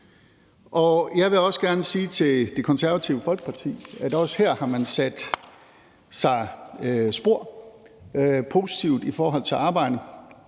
Jeg vil også gerne sige til Det Konservative Folkeparti, at også her har man sat sig spor positivt i forhold til arbejdet,